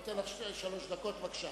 אני נותן לך שלוש דקות, בבקשה.